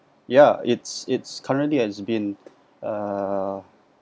ya it's it's currently has been uh